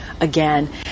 again